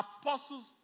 apostles